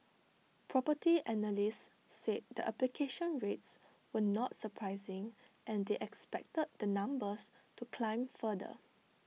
Property Analysts said the application rates were not surprising and they expected the numbers to climb further